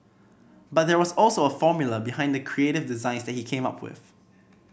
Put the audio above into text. but there was also a formula behind the creative designs that he came up with